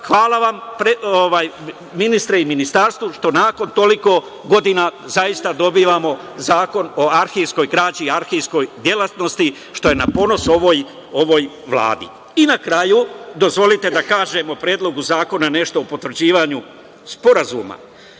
Hvala vama ministre i Ministarstvu što nakon toliko godina zaista dobijamo zakon o arhivskoj građi i arhivskoj delatnosti, što je na ponos ovoj Vladi. Na kraju, dozvolite da kažem o Predlogu zakona nešto o potvrđivanju Sporazuma